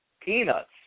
peanuts